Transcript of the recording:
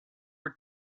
were